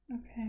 Okay